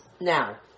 Now